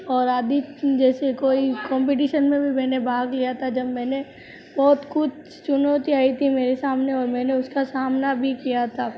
और अभी जैसे कोई कोम्पिटीशन में भी मैंने भाग लिया था जब मैंने बहुत कुछ चुनौती आई थीं मेरे सामने और मैंने उस का सामना भी किया था